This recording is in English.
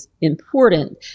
important